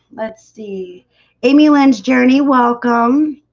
let's see a meal and journey welcome.